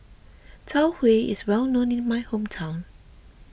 Tau Huay is well known in my hometown